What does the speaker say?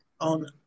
on